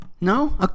No